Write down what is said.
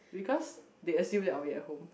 because they assume that I will be at home